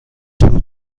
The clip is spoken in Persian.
تور